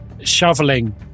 shoveling